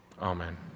amen